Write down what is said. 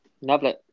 Lovely